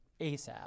ASAP